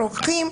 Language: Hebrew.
רוקחים.